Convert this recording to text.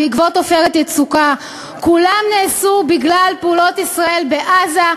בעקבות "עופרת יצוקה" כולן נעשו בגלל פעולות ישראל בעזה,